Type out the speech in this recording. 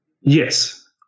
yes